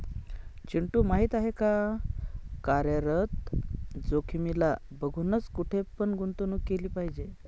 चिंटू माहिती आहे का? कार्यरत जोखीमीला बघूनच, कुठे पण गुंतवणूक केली पाहिजे